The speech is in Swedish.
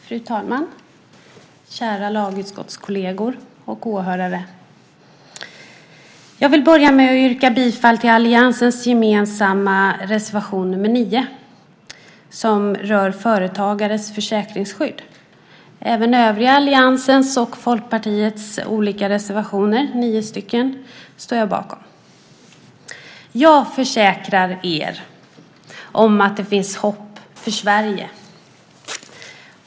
Fru talman! Kära lagutskottskolleger och åhörare! Jag vill börja med att yrka bifall till alliansens gemensamma reservation nr 9 som rör företagares försäkringsskydd. Jag står även bakom alliansens och Folkpartiets övriga nio reservationer. Jag försäkrar er att det finns hopp för Sverige.